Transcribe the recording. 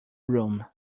room